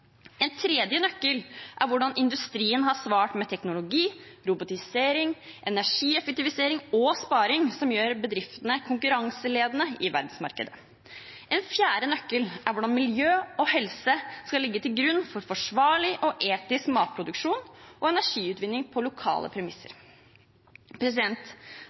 En tredje nøkkel er hvordan industrien har svart med teknologi, robotisering, energieffektivisering og sparing, som gjør bedriftene konkurranseledende i verdensmarkedet. En fjerde nøkkel er hvordan miljø og helse skal ligge til grunn for forsvarlig og etisk matproduksjon og energiutvinning på lokale premisser.